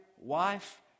wife